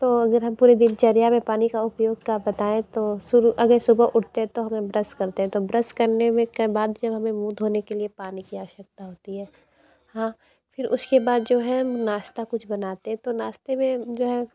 तो अगर हम पूरे दिनचर्या में पानी का उपयोग का बताएँ तो शुरू अगर सुबह उठने तो हम ब्रश करते हैं तो ब्रश करने में के बाद जब हमें मुँह धोने के लिए पानी की आवश्यकता होती है हाँ फिर उसके बाद जो है नाश्ता कुछ बनाते हैं तो नाश्ते में जो है